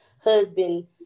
husband